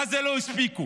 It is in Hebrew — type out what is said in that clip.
מה זה, לא הספיקו?